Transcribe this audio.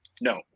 No